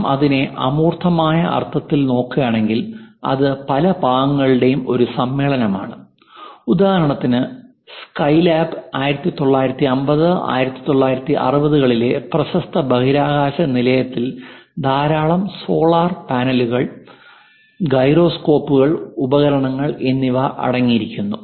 നാം അതിനെ അമൂർത്തമായ അർത്ഥത്തിൽ നോക്കുകയാണെങ്കിൽ അത് പല ഭാഗങ്ങളുടെയും ഒരു സമ്മേളനമാണ് ഉദാഹരണത്തിന് സ്കൈലാബ് 1950 1960 കളിലെ പ്രശസ്ത ബഹിരാകാശ നിലയത്തിൽ ധാരാളം സോളാർ പാനലുകൾ ഗൈറോസ്കോപ്പുകൾ ഉപകരണങ്ങൾ എന്നിവ അടങ്ങിയിരിക്കുന്നു